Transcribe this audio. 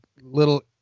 little